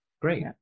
great